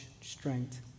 strength